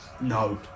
No